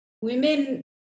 women